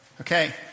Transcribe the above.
Okay